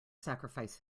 sacrifice